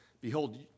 Behold